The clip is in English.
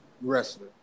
wrestler